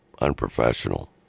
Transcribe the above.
unprofessional